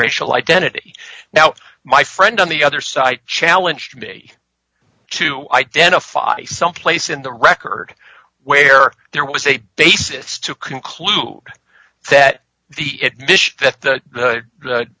racial identity now my friend on the other side challenged me to identify some place in the record where there was a basis to conclude that the